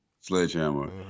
sledgehammer